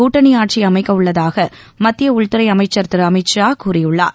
கூட்டணி ஆட்சி அமைக்க உள்ளதாக மத்திய உள்துறை அமைச்சர் திரு அமித் ஷா கூறியுள்ளார்